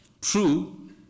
true